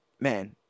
man